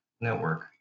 network